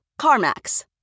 CarMax